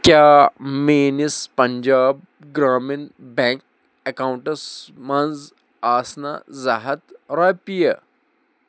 کیٛاہ میٲنِس Punjab Grameen bank accounts منٛز آسنہَ زٕ ہتھ رۄپیہِ